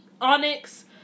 Onyx